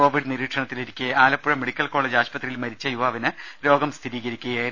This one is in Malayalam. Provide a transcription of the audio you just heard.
കോവിഡ് നിരീക്ഷണത്തിലിരിക്കെ ആലപ്പുഴ മെഡിക്കൽ കോളജ് ആശുപത്രിയിൽ മരിച്ച യുവാവിന് രോഗം സ്ഥിരീകരിക്കുകയായിരുന്നു